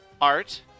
art